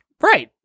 Right